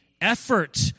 effort